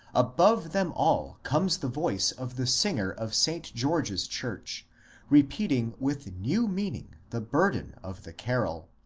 above them all comes the voice of the singer of st. george's church repeating with new meaning the burden of the carol